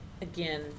Again